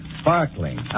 Sparkling